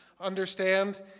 understand